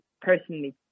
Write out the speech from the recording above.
personally